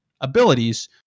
abilities